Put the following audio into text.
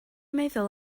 meddwl